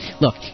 Look